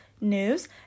news